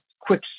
quick